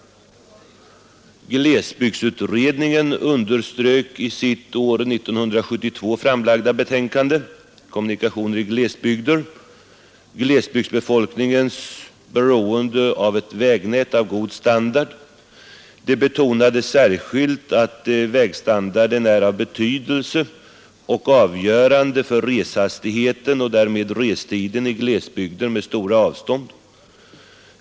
Glesbygdsutredningen underströk i sitt år 1972 framlagda betänkande Kommunikationer i glesbygder glesbygdsbefolkningens beroende av ett vägnät av god standard. Det betonades särskilt att vägstandarden är av stor betydelse och avgörande för reshastigheten och därmed restiden i glesbygder med stora avstånd.